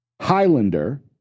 Highlander